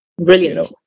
Brilliant